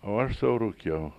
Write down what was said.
o aš sau rūkiau